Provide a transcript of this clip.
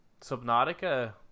Subnautica